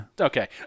Okay